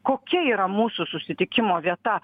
kokia yra mūsų susitikimo vieta